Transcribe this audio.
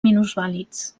minusvàlids